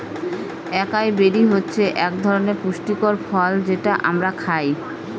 একাই বেরি হচ্ছে এক ধরনের পুষ্টিকর ফল যেটা আমরা খায়